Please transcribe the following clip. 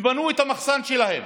בנו את המחסן שלהם.